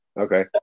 okay